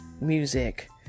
Music